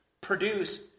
produce